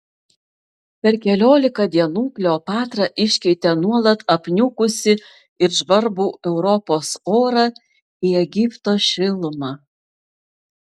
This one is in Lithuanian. per keliolika dienų kleopatra iškeitė nuolat apniukusį ir žvarbų europos orą į egipto šilumą